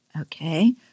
okay